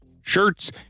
shirts